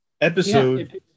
episode